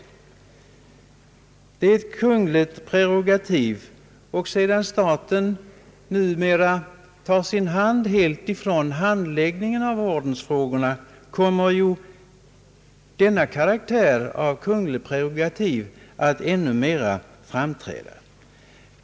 Ordensväsendet är ett kungligt prerogativ, och när staten helt tar sin hand från handläggningen av ordensfrågorna kommer denna karaktär av kungligt prerogativ att ännu mera framträda.